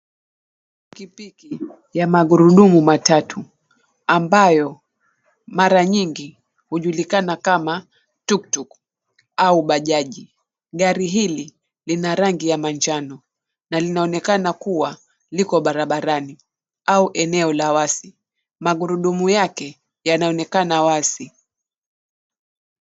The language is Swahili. Pikipiki ya magarudumu matatu, ambayo mara nyingi hujulikana kama tuktukuk au bajaji. Gari hili lina rangi ya manjano na linaonekana kuwa liko barabarani au eneo la wasi .Magurudumu yake yanaonekana wazi.